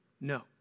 no